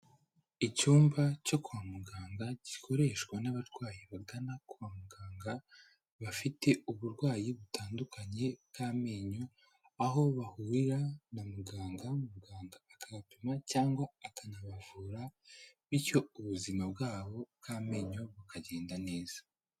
Icyumba cyo kwa muganga gikoreshwa n'abarwayi bagana kwa muganga, bafite uburwayi butandukanye bw'amenyo aho bahurira na muganga, muganga akabapima cyangwa akanabavura bityo ubuzima bwabo bw'amenyo bukagenda neza.